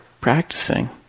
practicing